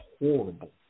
horrible